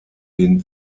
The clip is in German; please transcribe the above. den